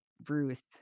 Bruce